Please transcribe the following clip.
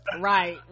Right